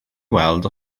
weld